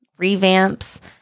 revamps